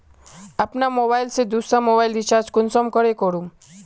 अपना मोबाईल से दुसरा मोबाईल रिचार्ज कुंसम करे करूम?